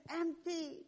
empty